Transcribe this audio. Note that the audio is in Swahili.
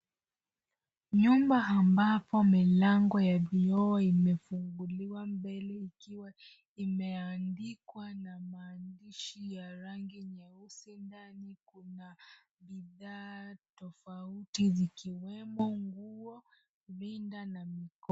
Nyumba ambapo milango ya vioo imefunguliwa mbele ikiwa imeandikwa na maandishi ya rangi nyeusi, ndani kuna bidhaa tofauti zikiwemo nguo, rinda na mikoba.